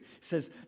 says